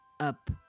up